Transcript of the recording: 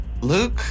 Luke